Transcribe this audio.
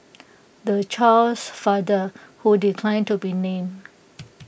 the child's father who declined to be named